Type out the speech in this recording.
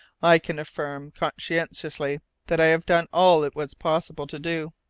i can affirm conscientiously that i have done all it was possible to do.